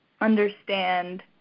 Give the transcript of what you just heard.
understand